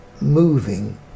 moving